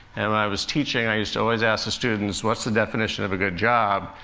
and when i was teaching, i used to always ask the students, what's the definition of a good job?